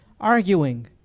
Arguing